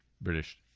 British